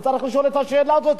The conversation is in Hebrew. הוא צריך לשאול את השאלה הזאת.